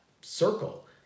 circle